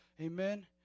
Amen